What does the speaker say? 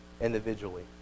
individually